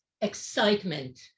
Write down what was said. excitement